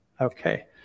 Okay